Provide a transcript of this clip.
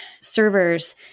servers